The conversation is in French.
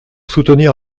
soutenir